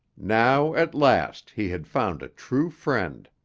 now, at last, he had found a true friend.